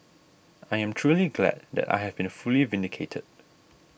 I am truly glad that I have been fully vindicated